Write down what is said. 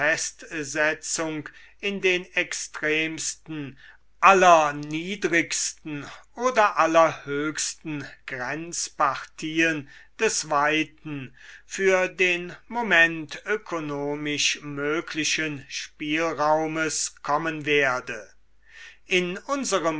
in den extremsten allerniedrigsten oder allerhöchsten grenzpartien des weiten für den moment ökonomisch möglichen spielraumes kommen werde in unserem